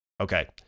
Okay